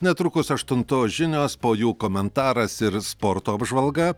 netrukus aštuntos žinios po jų komentaras ir sporto apžvalga